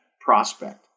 prospect